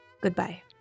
Goodbye